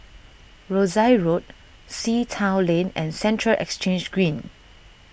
Rosyth Road Sea Town Lane and Central Exchange Green